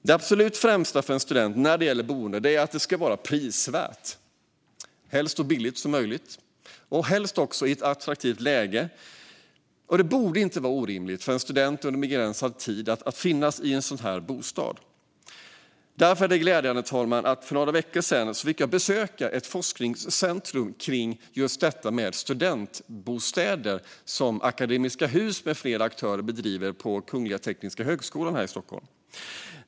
Det absolut främsta för en student när det gäller boendet är att det ska vara prisvärt, helst så billigt som möjligt, och helst också ha ett attraktivt läge. Det borde inte vara orimligt att det finns en sådan bostad för en student under en begränsad tid. Därför fann jag det glädjande, fru talman, att jag för några veckor sedan fick besöka ett forskningscentrum för just detta med studentbostäder som Akademiska hus med flera aktörer bedriver på Kungliga Tekniska högskolan här i Stockholm.